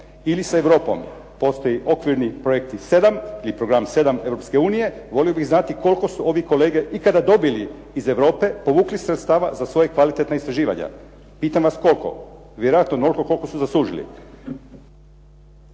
ili sa Europom. Postoji okvirni projekti 7. i program 7. Europske unije, volio bih znati koliko su ovi kolege ikada dobili iz Europe, povukli sredstava za svoja kvalitetna istraživanja. Pitam vas koliko? Vjerojatno onoliko koliko su zaslužili.